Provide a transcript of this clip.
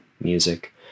Music